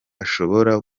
ashobora